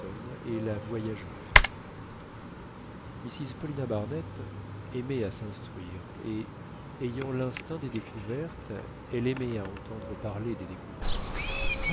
et la voyageuse mrs paulina barnett aimait à s'instruire et ayant l'instinct des découvertes elle aimait à entendre parler des découvreurs